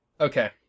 Okay